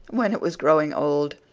when it was growing old,